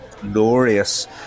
glorious